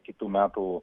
kitų metų